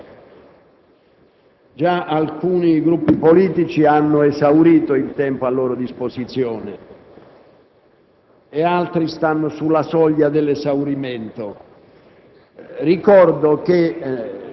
desidero comunicare all'Assemblea che alcuni Gruppi politici hanno già esaurito il tempo a loro disposizione e che altri sono sulla soglia dell'esaurimento.